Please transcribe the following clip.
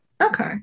Okay